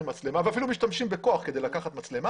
מצלמה ואפילו משתמשים בכוח כדי לקחת מצלמה